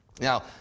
Now